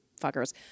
fuckers